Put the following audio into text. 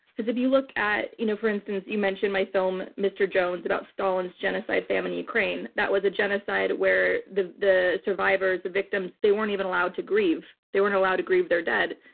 because if you look at. you know for instance, you mentioned my film, mr. jones, about stalin's genocide famine in ukraine, that was a genocide where the the survivors, the victims, they weren't even allowed to grieve. they weren't allowed to grieve their dead.